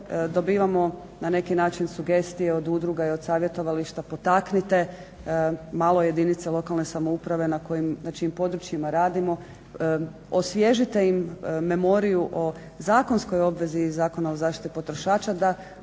dobivamo na neki način sugestije od udruga i od savjetovališta potaknite malo jedinice lokalne samouprave na čijim područjima radimo, osvježite im memoriju o zakonskoj obvezi iz Zakona o zaštiti potrošača da